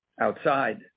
outside